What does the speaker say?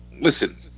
Listen